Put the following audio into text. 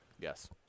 Yes